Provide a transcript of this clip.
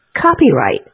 Copyright